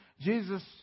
Jesus